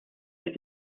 ich